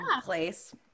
place